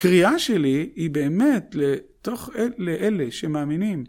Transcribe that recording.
קריאה שלי היא באמת לאלה שמאמינים.